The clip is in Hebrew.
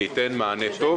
זה ייתן מענה טוב.